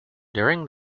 during